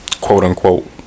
quote-unquote